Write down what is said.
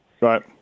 Right